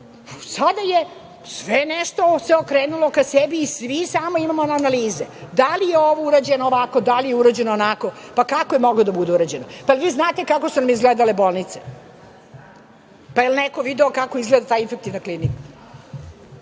Sada se sve nešto okrenulo ka sebi i svi samo idemo na analize, da li je ovo urađeno ovako, da li je urađeno onako. Pa kako je moglo da bude urađeno? Da li vi znate kako su nam izgledale bolnice? Pa, je li neko video kako izgleda ta Infektivna klinika?